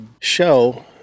show